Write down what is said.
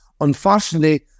Unfortunately